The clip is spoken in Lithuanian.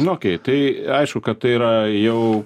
nu okei tai aišku kad tai yra jau